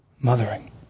mothering